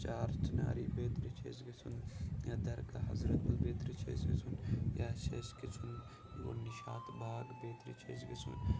چار چِناری بیترِ چھِ اَسہِ گَژھُن یا درگاہ حضرت بل بیترِ چھِ اَسہِ گَژھُن یا چھِ اَسہِ گَژھُن یور نِشاط باغ بیترِ چھِ اَسہِ گَژھُن